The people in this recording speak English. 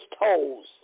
toes